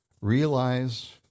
realize